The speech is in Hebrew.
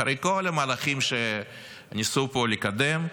אחרי כל המהלכים שניסו לקדם פה,